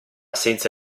senza